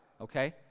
okay